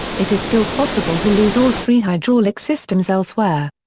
it is still possible to lose all three hydraulic systems elsewhere.